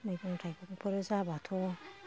मैगं थाइगंफोर जाबाथ'